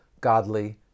godly